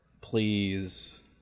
Please